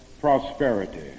prosperity